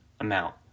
amount